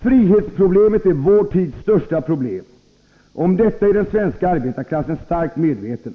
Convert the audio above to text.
”Frihetsproblemet är vår tids största problem. Om detta är den svenska arbetarklassen starkt medveten.